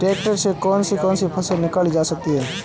Tractor से कौन कौनसी फसल निकाली जा सकती हैं?